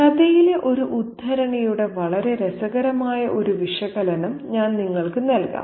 കഥയിലെ ഒരു ഉദ്ധരണിയുടെ വളരെ രസകരമായ ഒരു വിശകലനം ഞാൻ നിങ്ങൾക്ക് നൽകാം